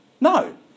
No